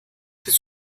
des